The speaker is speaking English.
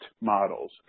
models